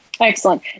Excellent